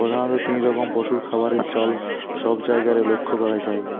প্রধাণত তিন রকম পশুর খাবারের চল সব জায়গারে লক্ষ করা যায়